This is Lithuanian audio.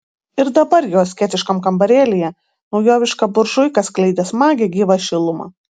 ir dabar jo asketiškam kambarėlyje naujoviška buržuika skleidė smagią gyvą šilumą